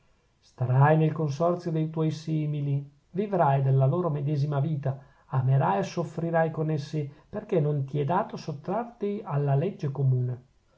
starai nel consorzio de tuoi simili vivrai della loro medesima vita amerai e soffrirai con essi perchè non ti è dato sottrarti alla legge comune